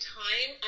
time